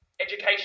education